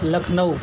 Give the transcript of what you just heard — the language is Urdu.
لکھنؤ